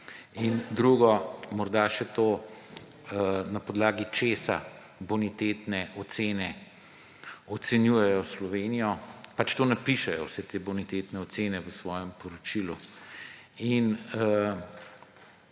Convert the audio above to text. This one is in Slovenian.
In morda še to, na podlagi česa bonitetne ocene ocenjujejo Slovenijo − to napišejo vse te bonitetne ocene v svojem poročilu. In